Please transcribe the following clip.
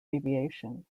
aviation